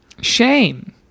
Shame